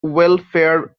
welfare